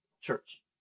church